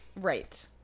Right